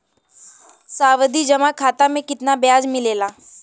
सावधि जमा खाता मे कितना ब्याज मिले ला?